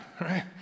right